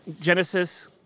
Genesis